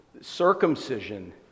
circumcision